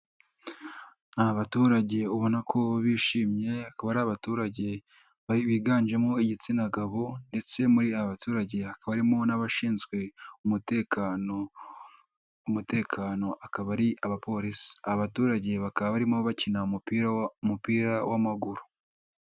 Aba baturage ubona ko bishimye, akaba ari abaturage biganjemo igitsina gabo, ndetse muri aba baturage hakaba harimo n'abashinzwe umutekano akaba ari abapolisi. Abaturage bakaba barimo bakina umupira w'umupira w'amaguru.